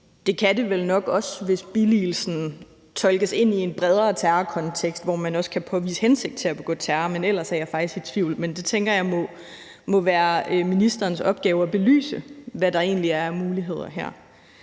Det kan vel nok også lade sig gøre, hvis billigelsen tolkes ind i en bredere terrorkontekst, hvor man også kan påvise en hensigt til at begå terror, men ellers er jeg faktisk i tvivl. Men jeg tænker, at det må være ministerens opgave at belyse, hvad der egentlig er af muligheder her.